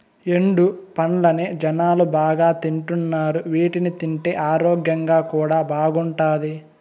ఎండు పండ్లనే జనాలు బాగా తింటున్నారు వీటిని తింటే ఆరోగ్యం కూడా బాగుంటాది